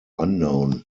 unknown